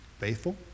faithful